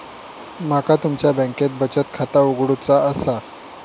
माका तुमच्या बँकेत बचत खाता उघडूचा असा?